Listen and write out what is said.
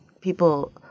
people